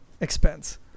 expense